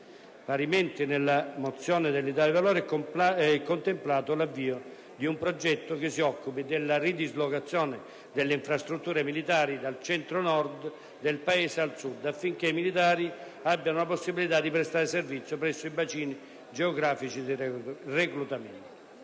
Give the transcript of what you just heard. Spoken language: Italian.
Parimenti, nella mozione dell'Italia dei Valori è contemplato l'avvio di un progetto che si occupi della ridislocazione delle infrastrutture militari dal Centro-Nord del Paese al Sud, affinché i militari abbiano la possibilità di prestare servizio presso i bacini geografici di reclutamento.